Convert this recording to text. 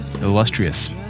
Illustrious